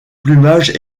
plumage